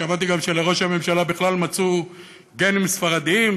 שמעתי גם שלראש הממשלה בכלל מצאו גנים ספרדיים,